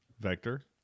Vector